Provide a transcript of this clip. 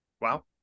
Wow